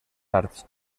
arts